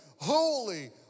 holy